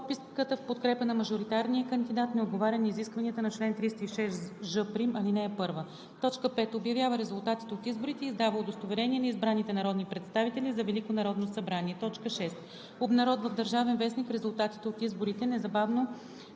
подписката в подкрепа на мажоритарния кандидат не отговаря на изискванията на 306ж′ ал. 1; 5. обявява резултатите от изборите и издава удостоверения на избраните народни представители за Велико народно събрание; 6. обнародва в „Държавен вестник“ резултатите от изборите незабавно